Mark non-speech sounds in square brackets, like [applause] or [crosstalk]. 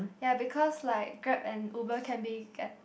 ya because like Grab and Uber can be [noise]